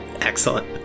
Excellent